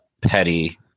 petty